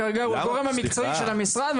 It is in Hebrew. כרגע הוא הגורם המקצועי של המשרד,